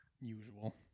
usual